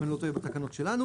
אם אני לא טועה, בתקנות שלנו,